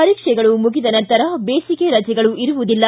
ಪರೀಕ್ಷೆಗಳು ಮುಗಿದ ನಂತರ ಬೇಸಿಗೆ ರಜೆಗಳು ಇರುವುದಿಲ್ಲ